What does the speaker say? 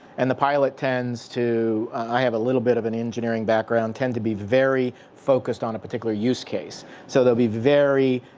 and the pilot tends to, i a little bit of an engineer background. tend to be very focused on a particular use case. so they'll be very,